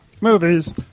movies